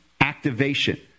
activation